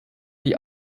die